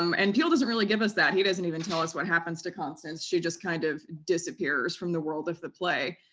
um and peele doesn't really give us that. he doesn't even tell us what happens to constance, she just kind of disappears from the world of the play.